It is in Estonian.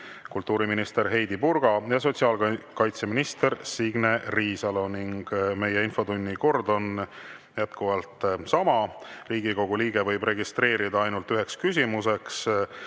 kultuuriminister Heidy Purga ja sotsiaalkaitseminister Signe Riisalo. Meie infotunni kord on jätkuvalt sama. Riigikogu liige võib registreerida ainult üheks küsimuseks.